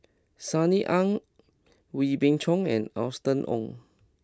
Sunny Ang Wee Beng Chong and Austen Ong